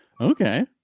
Okay